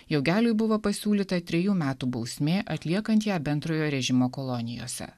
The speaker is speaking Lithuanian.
jaugeliui buvo pasiūlyta trejų metų bausmė atliekant ją bendrojo režimo kolonijose